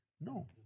No